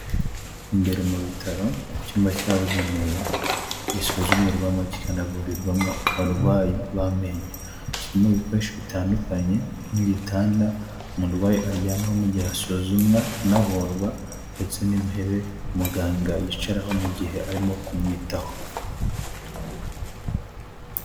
Imbere mu bitaro icyumba cyabugenewe gisuzumirwamo, kikanavurirwamo abarwayi b'amenyo. Kirimo ibikoresho bitandukanye nk'igitanda, umurwayi aryamaho mu gihe asuzumwa anavurwa. ndetse n'intebe muganga yicaraho mu gihe arimo kumwitaho.